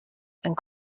and